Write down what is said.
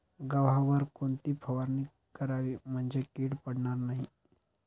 गव्हावर कोणती फवारणी करावी म्हणजे कीड पडणार नाही?